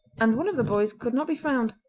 and one of the boys could not be found.